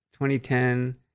2010